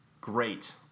great